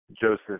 Joseph